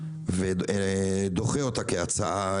ודוחה אותה כהצעה